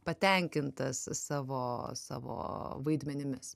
patenkintas savo savo vaidmenimis